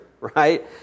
right